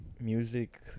music